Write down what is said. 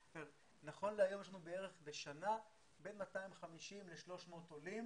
נכון להיום יש לנו בערך בין 250 ל-300 עולים